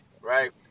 right